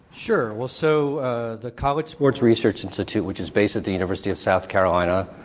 sure. well, so the college sports research institute, which is based at the university of south carolina,